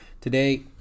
today